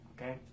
Okay